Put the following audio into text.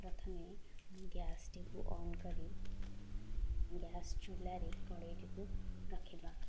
ପ୍ରଥମେ ଗ୍ୟାସ୍ ଟିକୁ ଅନ୍ କରି ଗ୍ୟାସ୍ ଚୂଲାରେ କଢ଼େଇଟିକୁ ରଖିବା